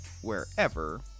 wherever